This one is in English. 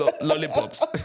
lollipops